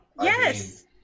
Yes